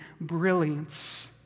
brilliance